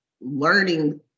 learning